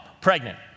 pregnant